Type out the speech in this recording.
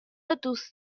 دوست